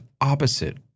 opposite